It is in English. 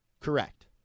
Correct